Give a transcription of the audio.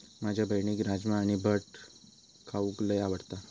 माझ्या बहिणीक राजमा आणि भट खाऊक लय आवडता